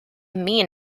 mean